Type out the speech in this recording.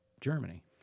Germany